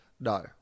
No